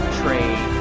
trade